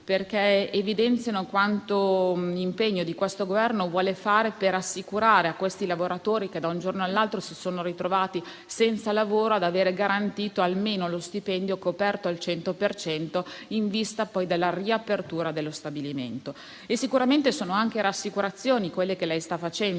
perché evidenziano quanto impegno vi sia da parte del Governo per assicurare a questi lavoratori, che da un giorno all'altro si sono ritrovati senza lavoro, che si vedranno garantito almeno lo stipendio, coperto al 100 per cento, in vista poi della riapertura dello stabilimento. Sicuramente sono anche rassicurazioni quelle che ci sta dando.